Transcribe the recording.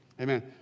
Amen